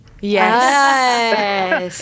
Yes